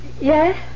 Yes